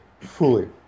fully